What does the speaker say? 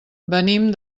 venim